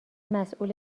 مسئول